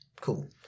Cool